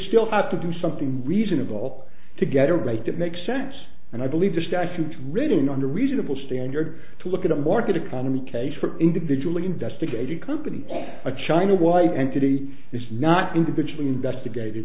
still have to do something reasonable to get a rate that makes sense and i believe the statutes written under a reasonable standard to look at a market economy case for individually investigated company a chinawhite entity is not individually investigated